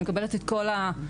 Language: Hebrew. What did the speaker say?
אני מקבלת את כל ההודעות.